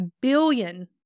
billion